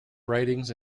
writings